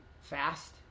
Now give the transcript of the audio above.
fast